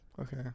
Okay